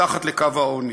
מתחת לקו העוני,